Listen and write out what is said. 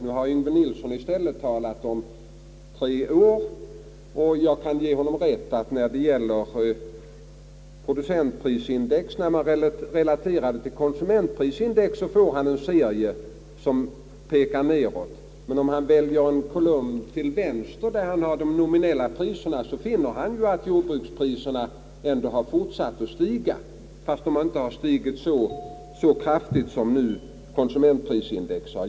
Nu har emellertid herr Yngve Nilsson talat om tre år och jag kan ge honom rätt i att man när man sätter producentprisindex i relation till konsumentprisindex får en serie som pekar nedåt, men om man väljer en kolumn till vänster med nominella priser, så finner man att priserna fortsatt att stiga, men inte lika kraftigt som konsumentprisindex.